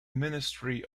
ministry